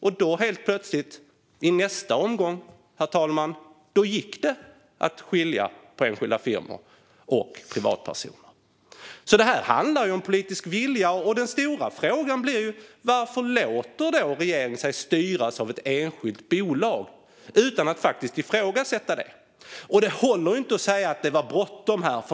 Då gick det plötsligt att skilja på enskilda firmor och privatpersoner i nästa omgång, herr talman. Det handlar alltså om politisk vilja. Den stora frågan blir varför regeringen låter sig styras av ett enskilt bolag utan att ifrågasätta det. Det håller inte att säga att det var bråttom.